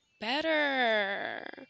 better